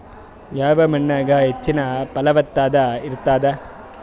ಯಾವ ಮಣ್ಣಾಗ ಹೆಚ್ಚಿನ ಫಲವತ್ತತ ಇರತ್ತಾದ?